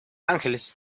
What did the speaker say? ángeles